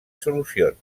solucions